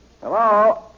Hello